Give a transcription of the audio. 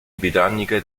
britanniche